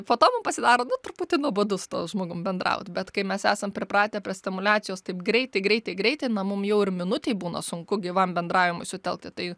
po to mum pasidaro nu truputį nuobodu su tuo žmogum bendraut bet kai mes esam pripratę prie stimuliacijos taip greitai greitai greitai na mum jau ir minutei būna sunku gyvam bendravimui sutelkti tai